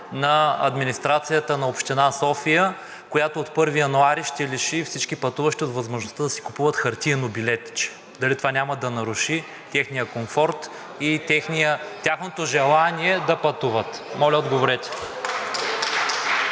на администрацията на община София, която от 1 януари ще лиши всички пътуващи от възможността да си купуват хартиено билетче? Дали това няма да наруши техният комфорт и тяхното желание да пътуват? НИКОЛАЙ